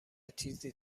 تیزی